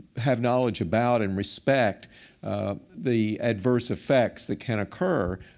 have knowledge about and respect the adverse effects that can occur,